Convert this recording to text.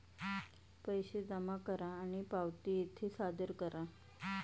पैसे जमा करा आणि पावती येथे सादर करा